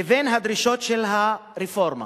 לבין הדרישות של הרפורמה.